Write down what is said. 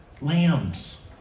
lambs